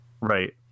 right